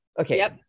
Okay